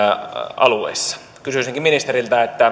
alueissa kysyisinkin ministeriltä